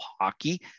hockey